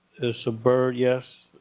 there's a bird, yes.